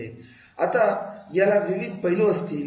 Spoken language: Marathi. आता याला विविध पैलू असतील